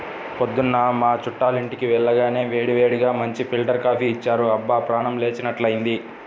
పొద్దున్న మా చుట్టాలింటికి వెళ్లగానే వేడివేడిగా మంచి ఫిల్టర్ కాపీ ఇచ్చారు, అబ్బా ప్రాణం లేచినట్లైంది